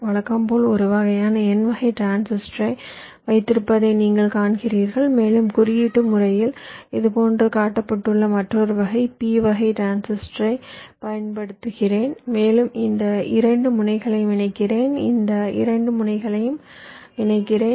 வழக்கம்போல ஒரு வகையான n வகை டிரான்சிஸ்டரை வைத்திருப்பதை நீங்கள் காண்கிறீர்கள் மேலும் குறியீட்டு முறையில் இதுபோன்று காட்டப்பட்டுள்ள மற்றொரு வகை p வகை டிரான்சிஸ்டரைப் பயன்படுத்துகிறேன் மேலும் இந்த 2 முனைகளையும் இணைக்கிறேன் இந்த 2 முனைகளையும் இணைக்கிறேன்